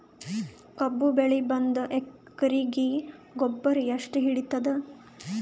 ಕಬ್ಬು ಬೆಳಿ ಒಂದ್ ಎಕರಿಗಿ ಗೊಬ್ಬರ ಎಷ್ಟು ಹಿಡೀತದ?